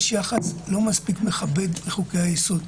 יש יחס לא מספיק מכבד לחוקי היסוד.